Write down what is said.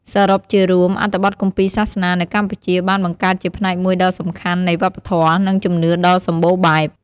សរុបជារួម អត្ថបទគម្ពីរសាសនានៅកម្ពុជាបានបង្កើតជាផ្នែកមួយដ៏សំខាន់នៃវប្បធម៌ និងជំនឿដ៏សម្បូរបែប។